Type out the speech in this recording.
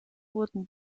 wurden